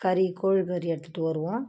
கறி கோழி கறி எடுத்துகிட்டு வருவோம்